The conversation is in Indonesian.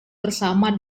bersama